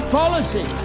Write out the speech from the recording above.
policy